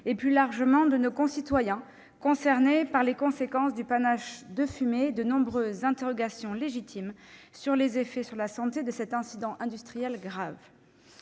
et, plus largement, chez nos concitoyens concernés par les conséquences du panache de fumée, et soulevé de nombreuses interrogations légitimes sur les effets sur la santé de cet incident industriel grave.